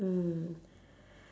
mm